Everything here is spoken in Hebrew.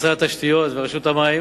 משרד התשתיות ורשות המים